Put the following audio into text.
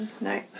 no